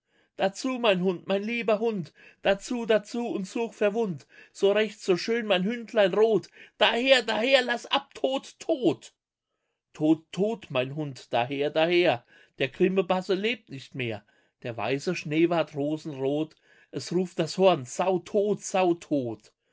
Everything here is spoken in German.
dazu mein hund mein lieber hund dazu dazu und such verwund't so recht so schön mein hündlein rot daher daher laß ab tot tot tot tot mein hund daher daher der grimme basse lebt nicht mehr der weiße schnee ward rosenrot es ruft das horn sau tot sau tot